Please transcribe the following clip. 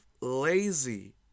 lazy